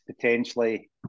Potentially